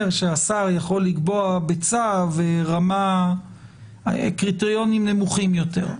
שהשר יכול לקבוע בצו קריטריונים נמוכים יותר.